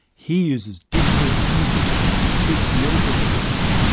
he uses digital images to teach medical students,